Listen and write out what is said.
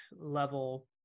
level